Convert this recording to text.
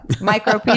micro